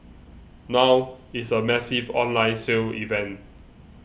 now it's a massive online sale event